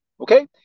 okay